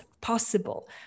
possible